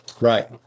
Right